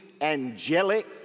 angelic